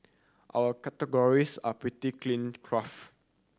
our categories are pretty cleaned craft